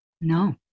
No